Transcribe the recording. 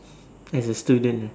as a student